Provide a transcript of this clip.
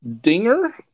Dinger